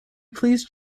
please